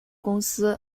公司